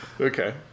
Okay